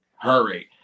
Hurry